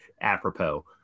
apropos